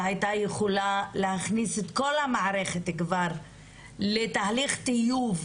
חקיקה שהיתה יכולה להכניס את כל המערכת כבר לתהליך טיוב